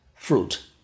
fruit